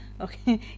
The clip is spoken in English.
Okay